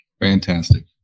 Fantastic